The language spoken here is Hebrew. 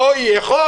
לא יהיה חוק.